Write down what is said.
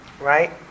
Right